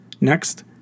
Next